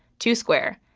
two square,